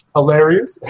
Hilarious